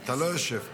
אתה לא יושב פה.